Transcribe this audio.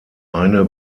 eine